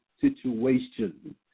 situation